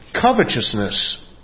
covetousness